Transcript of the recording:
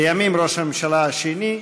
לימים ראש הממשלה השני,